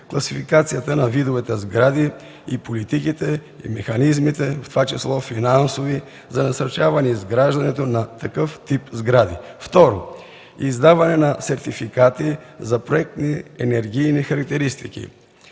класификацията на видовете сгради, и политиките и механизмите, в това число финансови, за насърчаване изграждането на такъв тип сгради. Второ, издаване на сертификати за проектни енергийни характеристики.